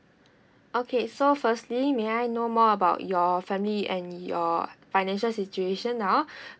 okay so firstly may I know more about your family and your financial situation ah